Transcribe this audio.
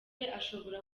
ashobora